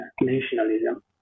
nationalism